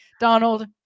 Donald